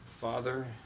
Father